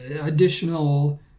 additional